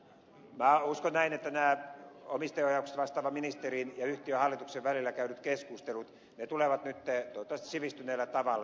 uskon näin että omistaja ohjauksesta vastaavan ministerin ja yhtiön hallituksen välillä käydyt keskustelut tulevat nyt toivottavasti sivistyneellä tavalla tämän asian korjaamaan